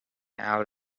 out